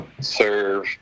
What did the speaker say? serve